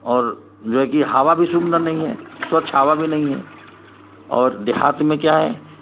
और जो है कि हवा भी सुंदर नहीं है स्वच्छ हवा भी नहीं है और देहात में क्या है